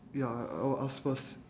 ya uh I'll ask first